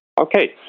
Okay